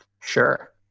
Sure